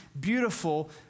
beautiful